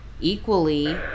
equally